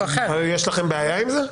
יש לכם בעיה עם זה?